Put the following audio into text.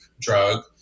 drug